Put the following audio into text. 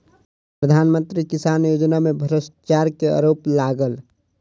प्रधान मंत्री किसान योजना में भ्रष्टाचार के आरोप लागल